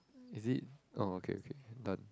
is it oh okay okay done